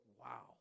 wow